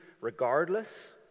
regardless